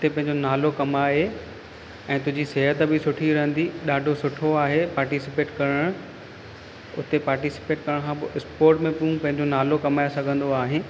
हुते पंहिंजो नालो कमाए ऐं तुंहिंजी सिहत बि सुठी रहींदी ॾाढो सुठो आहे पाटिसीपेट करणु उते पाटिसीपेट करण खां पोइ स्पोट में तूं पंहिंजो नालो कमाए सघंदो आहे